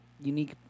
unique